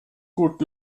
gut